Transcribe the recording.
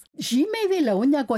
žymiai vėliau negu